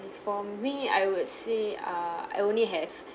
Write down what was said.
for me I would say uh I only have